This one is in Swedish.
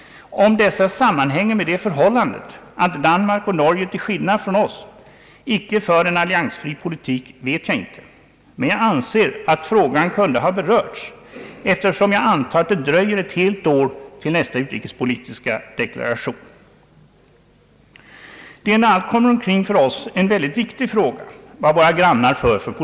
Om dessa sammanhänger med det förhållandet att Danmark och Norge till skillnad från oss icke för en alliansfri politik, vet jag inte, men jag anser att frågan kunde ha berörts, eftersom jag antar att det dröjer ett helt år till nästa utrikespolitiska deklaration. Det är när allt kommer omkring en för oss mycket viktig fråga vilken politik våra grannar för.